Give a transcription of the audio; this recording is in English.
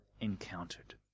encountered